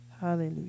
Hallelujah